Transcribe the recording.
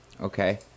Okay